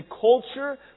culture